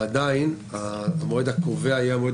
ועדיין המועד הקובע יהיה מועד